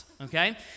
okay